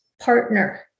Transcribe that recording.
partner